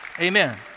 Amen